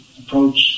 approach